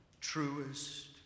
truest